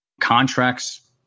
Contracts